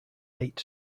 eight